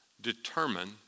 determine